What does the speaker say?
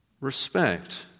respect